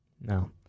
No